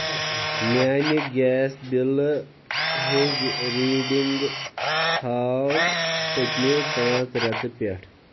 میٛانہِ گیس بِلہٕ ہٕنٛز ریٖڈنٛگہٕ ہاو پٔتۍمہِ پانٛژھ رٮ۪تہٕ پٮ۪ٹھ